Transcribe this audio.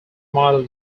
model